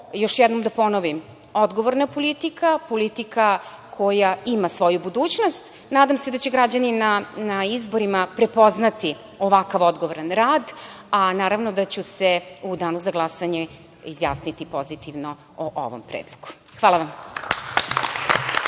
još jednom da ponovim, odgovorna politika, politika koja ima svoju budućnost. Nadam se će građani na izborima prepoznati ovakav odgovoran rad, a naravno da ću se u danu za glasanje izjasniti pozitivno o ovom predlogu. Hvala vam.